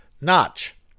notch